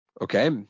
okay